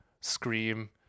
scream